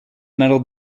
medal